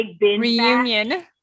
reunion